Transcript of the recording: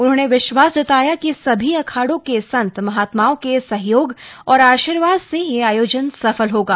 उन्होंने विश्वास जताया कि सभी अखाड़ों के सन्त महात्माओं के सहयोग और आशीर्वाद से यह आयोजन सफल होगा